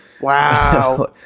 wow